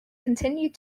continued